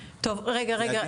טוב, רגע, רגע.